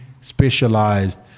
specialized